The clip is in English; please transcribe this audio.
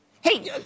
Hey